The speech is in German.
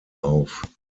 auf